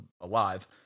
alive